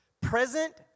Present